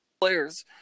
players